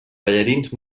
ballarins